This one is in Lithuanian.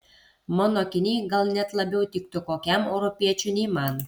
mano akiniai gal net labiau tiktų kokiam europiečiui nei man